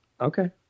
Okay